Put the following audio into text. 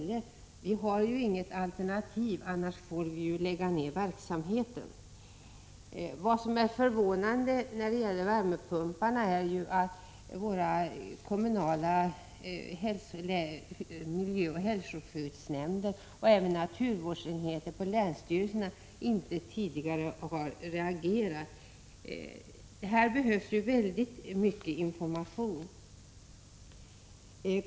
Ge oss någonting annat i stället, annars får vi lägga ner verksamheten.” Vad som är förvånande när det gäller värmepumparna är ju att våra kommunala miljöoch hälsoskyddsnämnder och även naturvårdsenheterna på länsstyrelserna inte har reagerat tidigare. Här behövs väldigt mycket information.